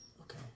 Okay